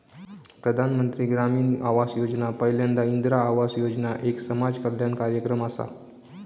प्रधानमंत्री ग्रामीण आवास योजना पयल्यांदा इंदिरा आवास योजना एक समाज कल्याण कार्यक्रम असा